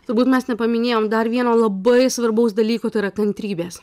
turbūt mes nepaminėjom dar vieno labai svarbaus dalyko tai yra kantrybės